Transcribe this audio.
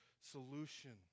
solution